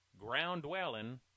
ground-dwelling